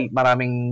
maraming